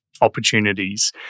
opportunities